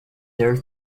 their